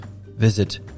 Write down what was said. visit